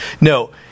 No